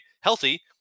healthy